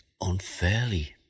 unfairly